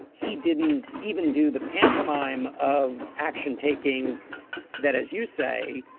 he didn't even do the pantomime of action. taking that, as you say,